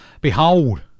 Behold